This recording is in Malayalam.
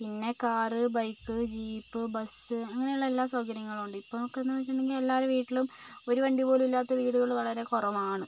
പിന്നെ കാറ് ബൈക്ക് ജീപ്പ് ബസ് അങ്ങനെയുള്ള എല്ലാ സൗകര്യങ്ങളും ഉണ്ട് ഇപ്പോൾ ഒക്കെന്ന് വെച്ചിട്ടുണ്ടെങ്കിൽ എല്ലാവരുടെയും വീട്ടിലും ഒരു വണ്ടി പോലും ഇല്ലാത്ത വീടുകള് വളരെ കുറവാണ്